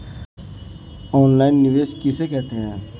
Online निवेश किसे कहते हैं?